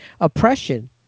oppression